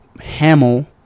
Hamill